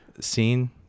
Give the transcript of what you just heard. scene